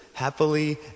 Happily